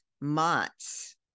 months